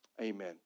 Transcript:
amen